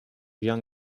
young